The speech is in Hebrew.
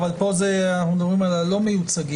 אבל פה אנחנו מדברים על אלה שלא מיוצגים.